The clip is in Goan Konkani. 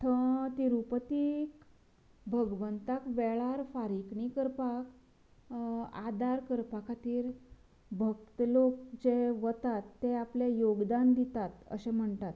थंय तिरुपतीक भगवंताक वेळार फारीकणी करपाक आदार करपा खातीर भक्त लोक जे वतात ते आपलें येगदान दितात अशें म्हणटात